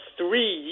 three